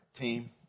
team